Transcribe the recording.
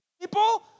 people